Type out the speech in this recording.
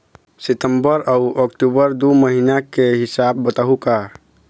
सितंबर अऊ अक्टूबर दू महीना के हिसाब बताहुं का?